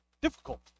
difficult